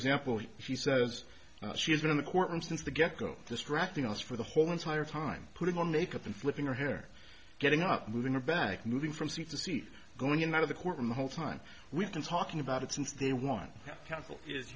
example she says she has been in the courtroom since the get go distracting us for the whole entire time putting on makeup and flipping her hair getting up moving her back moving from seat to seat going out of the courtroom the whole time we've been talking about it since day one counsel is